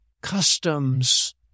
Customs